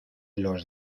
los